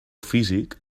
físic